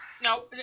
No